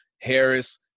Harris